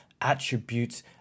attributes